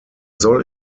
soll